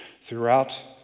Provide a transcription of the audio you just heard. throughout